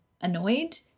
annoyed